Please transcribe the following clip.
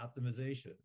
optimization